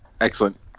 Excellent